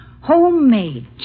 homemade